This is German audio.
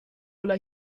ulla